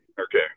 Okay